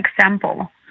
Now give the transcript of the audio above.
example